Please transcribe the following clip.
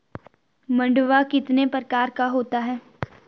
मंडुआ कितने प्रकार का होता है?